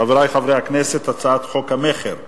חברי חברי הכנסת, הצעת חוק המכר (דירות)